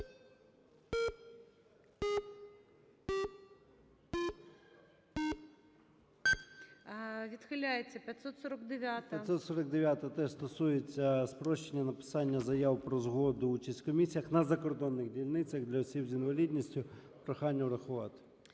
ЧЕРНЕНКО О.М. 549-а теж стосується спрощення написання заяв про згоду участі у комісіях на закордонних дільницях для осіб з інвалідністю. Прохання врахувати.